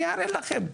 אני אראה לכם,